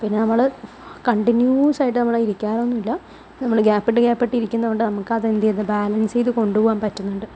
പിന്നെ നമ്മള് കണ്ടിന്യൂസായിട്ട് നമ്മള് ഇരിക്കാറൊന്നുമില്ല നമ്മള് ഗ്യാപ്പിട്ട് ഗ്യാപ്പിട്ട് ഇരിക്കുന്നത് കൊണ്ട് നമുക്ക് അതെന്ത് ചെയ്ത് ബാലൻസ് ചെയ്ത് കൊണ്ട് പോകാൻ പറ്റുന്നുണ്ട്